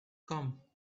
come